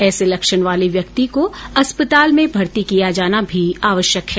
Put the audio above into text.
ऐसे लक्षण वार्ले व्यक्ति को अस्पताल में भर्ती किया जाना भी आवश्यक है